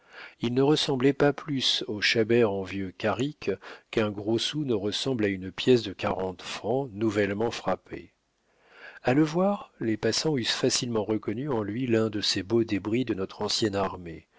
il ne ressemblait pas plus au chabert en vieux carrick qu'un gros sou ne ressemble à une pièce de quarante francs nouvellement frappée a le voir les passants eussent facilement reconnu en lui l'un de ces beaux débris de notre ancienne armée